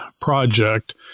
project